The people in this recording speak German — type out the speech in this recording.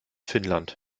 finnland